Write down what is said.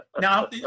Now